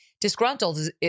Disgruntled